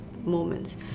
moments